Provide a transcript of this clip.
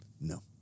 No